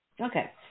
Okay